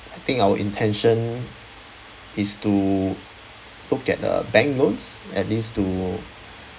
I think our intention is to look at the bank loans at least to